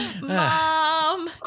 mom